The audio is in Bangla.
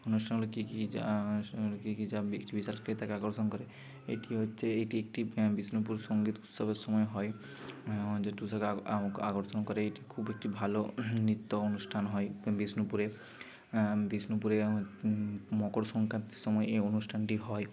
অনুষ্ঠানগুলো কী কী যা অনুষ্ঠানগুলো কী কী যা ব্যক্তি আকর্ষণ করে এটি হচ্ছে এটি একটি বিষ্ণুপুর সঙ্গীত উৎসবের সময় হয় যে আকর্ষণ করে এটি খুব একটি ভালো নৃত্য অনুষ্ঠান হয় বিষ্ণুপুরের বিষ্ণুপুরের মকর সংক্রান্তির সময় এই অনুষ্ঠানটি হয়